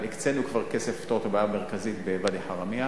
אבל כבר הקצינו כסף לפתור את הבעיה המרכזית בוואדי חרמיה,